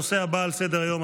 הנושא הבא על סדר היום,